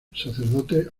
sacerdotes